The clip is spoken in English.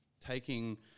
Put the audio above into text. taking